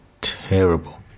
terrible